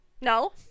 No